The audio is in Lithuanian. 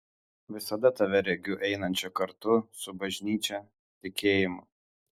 visada tave regiu einančią kartu su bažnyčia tikėjimu